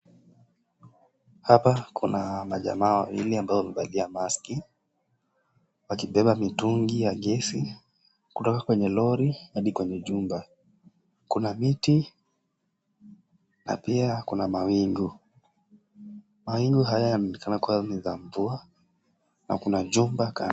Hapa kuna majamaa wawili ambao wamevalia maski wakibeba mitungi ya gesi kutoka kwenye lori hadi kwenye jumba. Kuna viti na pia kuna mawingu. Mawingu haya yameonekana kuwa ni ya mvua na kuna jumba kando.